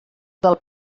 del